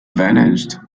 vanished